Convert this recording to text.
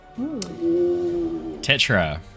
Tetra